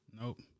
Nope